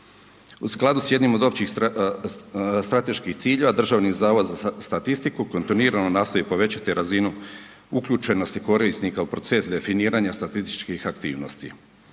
U skladu s jednim od općih strateških ciljeva Državni zavod za statistiku kontinuirano nastoji povećati razinu uključenosti korisnika u proces definiranja statističkih aktivnosti.